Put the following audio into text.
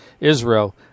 Israel